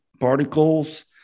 particles